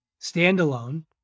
standalone